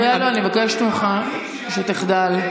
חבר הכנסת אבו שחאדה, די.